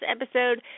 episode